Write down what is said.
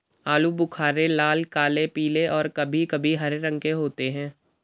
आलू बुख़ारे लाल, काले, पीले और कभी कभी हरे रंग के होते हैं